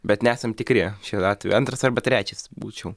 bet nesam tikri šiuo atveju antras arba trečias būčiau